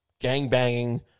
gangbanging